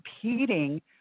competing